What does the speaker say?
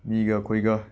ꯃꯤꯒ ꯑꯩꯈꯣꯏꯒ